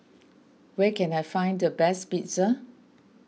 where can I find the best Pizza